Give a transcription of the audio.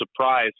surprise